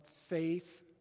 faith